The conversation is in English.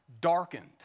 darkened